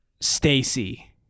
Stacy